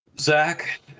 Zach